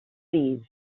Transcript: cease